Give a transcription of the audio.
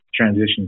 transition